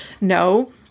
no